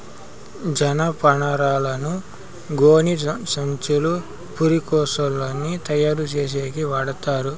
జనపనారను గోనిసంచులు, పురికొసలని తయారు చేసేకి వాడతారు